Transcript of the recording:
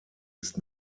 ist